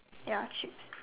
ya chips